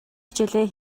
хичээлээ